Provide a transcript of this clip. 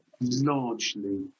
largely